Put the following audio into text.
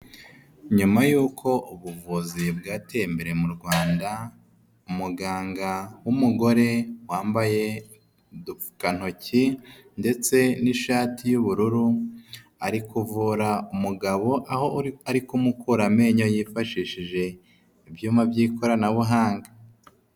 Nyuma y'uko ubuvuzi bwateye imbere mu Rwanda, umuganga w'umugore wambaye udupfukantoki ndetse n'ishati y'ubururu, ari kuvura umugabo aho ari kumukura amenyo yifashishije ibyuma by'ikoranabuhanga.